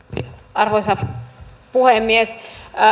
arvoisa puhemies